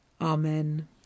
Amen